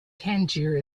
tangier